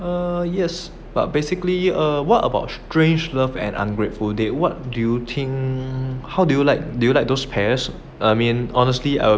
err yes but basically err what about strangelove and ungrateful date what do you think how do you like do you like those pairs I mean honestly um